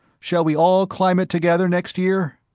shall we all climb it together, next year?